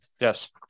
yes